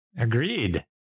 Agreed